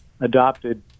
adopted